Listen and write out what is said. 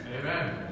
Amen